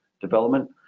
development